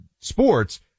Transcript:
sports